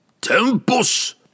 Tempus